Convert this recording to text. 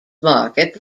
market